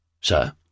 Sir